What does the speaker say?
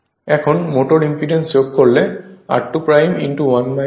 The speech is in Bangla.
এখন মোট ইম্পিডেন্স যোগ করলে r2 S হবে